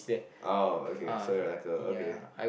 oh okay so you're like okay